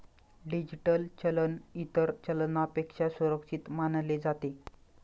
digital चलन इतर चलनापेक्षा सुरक्षित मानले जाते